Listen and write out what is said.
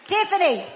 Tiffany